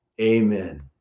Amen